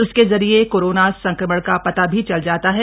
इसके जरिए कोरोना संक्रमण का पता भी चल जाता है